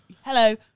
Hello